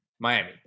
Miami